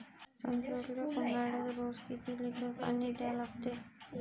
संत्र्याले ऊन्हाळ्यात रोज किती लीटर पानी द्या लागते?